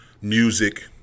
music